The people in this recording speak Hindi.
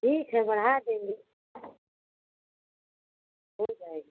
ठीक है बढ़ा देंगे हो जाएगा